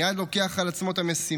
מייד הוא לוקח על עצמו את המשימה.